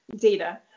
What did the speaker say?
Data